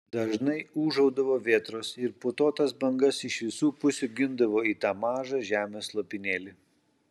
dažnai ūžaudavo vėtros ir putotas bangas iš visų pusių gindavo į tą mažą žemės lopinėlį